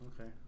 Okay